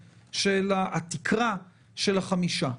התקרה, של החמישה.